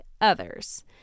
others